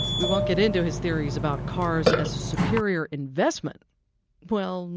we won't get in to his theories about cars as a superior investment well,